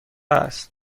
است